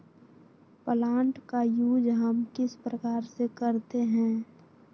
Plant का use हम किस प्रकार से करते हैं?